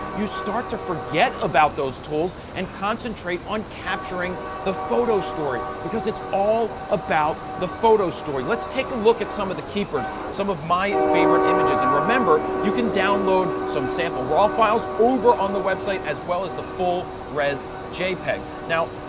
you start to forget about those tools and concentrate on capturing the photo story, because it's all about the photo story. let's take a look at some of the keepers, some of my favorite images and remember you can download some sample raw files over on the website, as well as the full res jpegs. now,